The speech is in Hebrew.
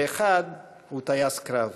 ואחד הוא טייס קרב.